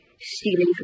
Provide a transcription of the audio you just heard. stealing